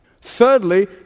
Thirdly